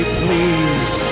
please